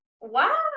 Wow